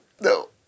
No